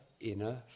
inner